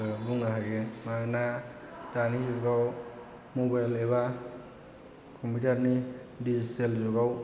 बुंनो हायो मानोना दानि जुगाव मबाइल एबा कम्पिउटारनि डिजिटेल जुगाव